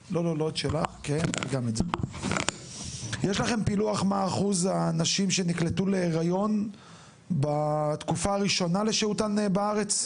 יש לכם פילוח מה אחוז הנשים שנקלטו להריון בתקופה הראשונה לשהותן בארץ?